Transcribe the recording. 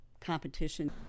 competition